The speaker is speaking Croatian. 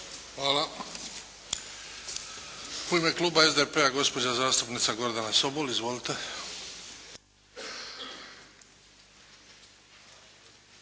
Hvala. U ime Kluba SDP-a gospođa zastupnica Gordana Sobol. Izvolite.